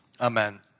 amen